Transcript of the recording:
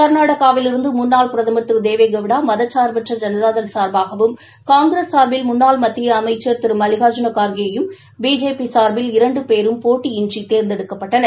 க்நாடகாவிலிருந்து முன்னாள் பிரதம் திரு தெவேகவுடா மதனா்பற்ற ஜனதாதள் சாா்பாகவும் காங்கிரஸ் சா்பில் முன்னாள் மத்திய அமைச்சா் திரு மல்லிகாாஜூன காா்கே யும் பிஜேபி சாா்பில் இரண்டு பேரும் போட்டியின்றி தேர்ந்தெடுக்கப்பட்டனர்